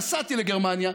נסעתי לגרמניה,